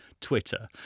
Twitter